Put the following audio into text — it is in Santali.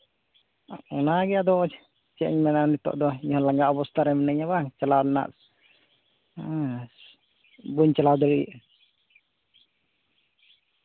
ᱚᱱᱟ ᱜᱮ ᱟᱫᱚ ᱪᱮᱫ ᱤᱧ ᱢᱮᱱᱟ ᱱᱤᱛᱚᱜ ᱫᱚ ᱤᱧ ᱦᱚᱸ ᱞᱟᱸᱜᱟ ᱚᱵᱚᱥᱛᱟ ᱨᱮ ᱢᱤᱱᱟᱹᱧᱟ ᱵᱟᱝ ᱪᱟᱞᱟᱜ ᱨᱮᱱᱟᱜ ᱦᱩᱸ ᱵᱟᱹᱧ ᱪᱟᱞᱟᱣ ᱫᱟᱲᱮᱜ